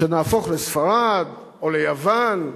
שנהפוך לספרד או ליוון,